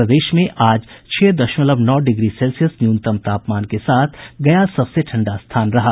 प्रदेश में आज छह दशमलव नौ डिग्री सेल्सियस न्यूनतम तापमान के साथ गया सबसे ठंडा स्थान रहा